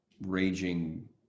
raging